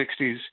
1960s